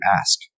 ask